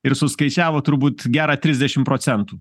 ir suskaičiavo turbūt gerą trisdešim procentų